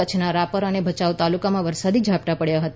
કચ્છના રાપર અને ભચાઉ તાલુકામાં વરસાદી ઝાપટાં પડ્યા હતા